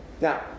Now